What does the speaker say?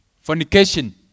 Fornication